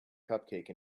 cupcake